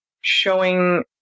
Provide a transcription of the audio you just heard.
showing